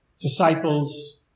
disciples